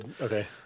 Okay